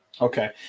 Okay